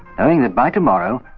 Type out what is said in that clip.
knowing that by tomorrow,